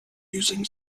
using